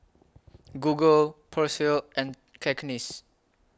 Google Persil and Cakenis